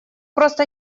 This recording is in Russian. просто